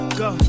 go